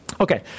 Okay